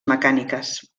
mecàniques